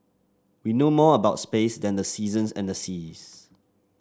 we know more about space than the seasons and the seas